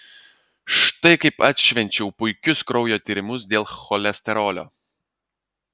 štai kaip atšvenčiau puikius kraujo tyrimus dėl cholesterolio